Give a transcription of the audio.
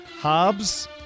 Hobbs